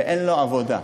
ואין לו עבודה.